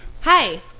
Hi